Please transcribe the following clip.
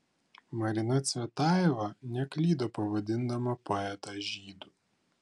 marina cvetajeva neklydo pavadindama poetą žydu